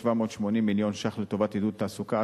780 מיליון שקל לטובת עידוד התעסוקה,